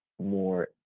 more